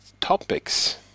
topics